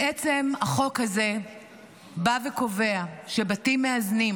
בעצם החוק הזה בא וקובע שבתים מאזנים